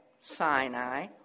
Sinai